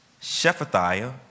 Shephatiah